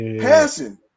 Passing